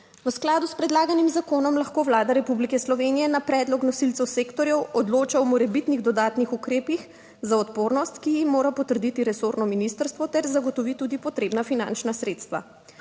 V skladu s predlaganim zakonom lahko Vlada Republike Slovenije na predlog nosilcev sektorjev odloča o morebitnih dodatnih ukrepih za odpornost, ki jih mora potrditi resorno ministrstvo ter zagotovi tudi potrebna finančna sredstva.